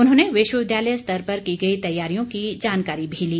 उन्होंने विश्वविद्यालय स्तर पर की गई तैयारियों की जानकारी भी ली